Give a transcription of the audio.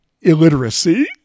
illiteracy